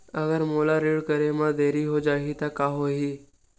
अगर मोला ऋण करे म देरी हो जाहि त का होही?